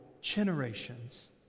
generations